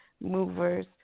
Movers